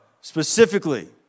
specifically